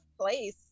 place